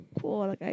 Cool